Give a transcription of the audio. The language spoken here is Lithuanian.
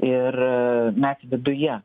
ir mes viduje